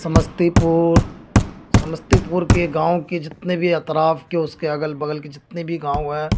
سمستی پور سمستی پور کے گاؤں کے جتنے بھی اطراف کے اس کے اگل بگل کے جتنے بھی گاؤں ہیں